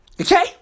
Okay